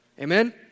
Amen